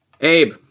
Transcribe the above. Abe